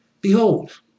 behold